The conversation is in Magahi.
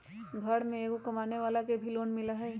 घर में एगो कमानेवाला के भी लोन मिलहई?